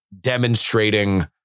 demonstrating